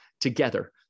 together